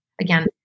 Again